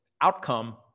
outcome